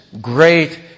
great